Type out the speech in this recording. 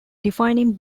defining